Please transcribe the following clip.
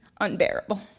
unbearable